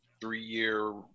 three-year